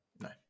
no